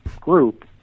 group